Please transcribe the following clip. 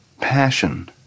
passion